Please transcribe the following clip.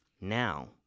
now